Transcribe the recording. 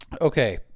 Okay